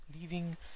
leaving